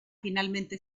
finalmente